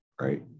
right